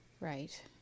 Right